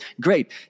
Great